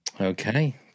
Okay